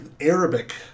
arabic